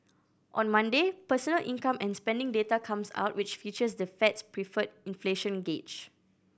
on Monday personal income and spending data comes out which features the Fed's preferred inflation gauge